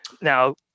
Now